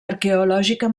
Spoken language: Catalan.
arqueològica